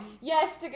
Yes